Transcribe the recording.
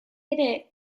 ere